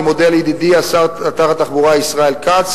אני מודה לידידי שר התחבורה ישראל כץ,